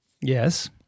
Yes